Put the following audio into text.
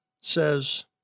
says